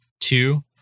Two